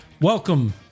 Welcome